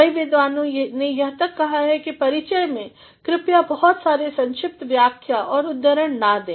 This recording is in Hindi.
कई विद्वानों ने यहतक कहा है कि परिचय में कृपया बहुत सारे संक्षिप्त व्याख्या और उद्धरण ना दें